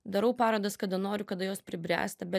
darau parodas kada noriu kada jos pribręsta be